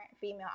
female